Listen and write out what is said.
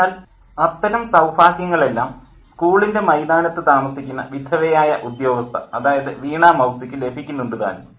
എന്നാൽ അത്തരം സൌഭാഗ്യങ്ങളെല്ലാം സ്കൂളിൻ്റെ മൈതാനത്ത് താമസിക്കുന്ന വിധവയായ ഉദ്യോഗസ്ഥ അതായത് വീണാമൌസിക്കു ലഭിക്കുന്നുണ്ടു താനും